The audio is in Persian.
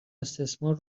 استثمار